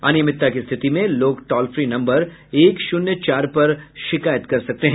अनियमितता की स्थिति में लोग टोल फ्री नम्बर एक शून्य चार पर शिकायत कर सकते हैं